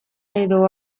edo